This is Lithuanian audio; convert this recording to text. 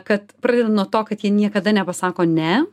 kad pradedu nuo to kad jie niekada nepasako ne